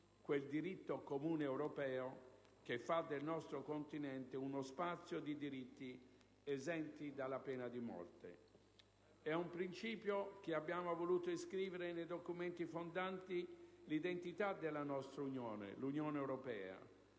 quel diritto comune europeo che fa del nostro continente uno spazio di diritti esenti dalla pena di morte. È un principio che abbiamo voluto iscrivere nei documenti fondanti l'identità della nostra unione, l'Unione europea,